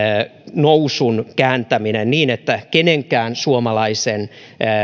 nousun kääntäminen niin että kenenkään suomalaisen